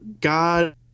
God